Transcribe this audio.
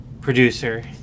producer